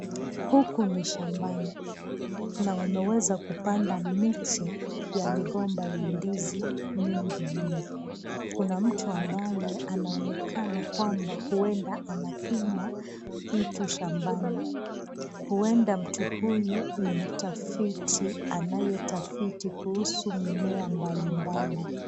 Huku ni shambani na wameweza kupanda miche ya migomba ya ndizi mingi mno. Kuna mtu ambaye anaonekana kwamba huenda anapima vitu shambani. Huenda mtu huyu ni mtafiti anayetafiti kuhusu mimea mbali mbali.